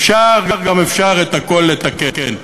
אפשר גם אפשר את הכול לתקן.